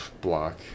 block